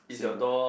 same lah